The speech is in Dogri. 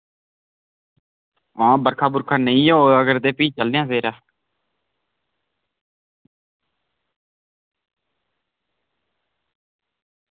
आं बर्खा नेईं होऐ अगर ते भी चलने आं उद्धर